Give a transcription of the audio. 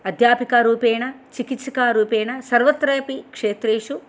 अध्यापिकारूपेण चिकित्सकारूपेण सर्वत्रापि क्षेत्रेषु